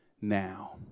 now